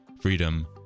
freedom